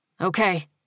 Okay